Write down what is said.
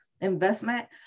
investment